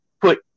put